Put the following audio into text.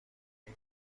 این